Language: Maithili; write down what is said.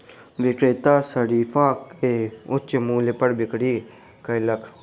विक्रेता शरीफा के उच्च मूल्य पर बिक्री कयलक